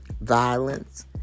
violence